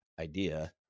idea